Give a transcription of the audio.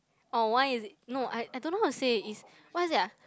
orh why is it no I I don't know how to say is what is it ah